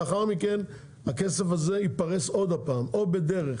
לאחר מכן, הכסף הזה ייפרס עוד פעם, או בדרך